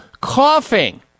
coughing